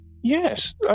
yes